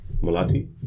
Malati